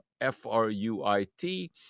f-r-u-i-t